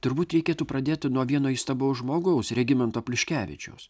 turbūt reikėtų pradėti nuo vieno įstabaus žmogaus regimanto pliuškevičiaus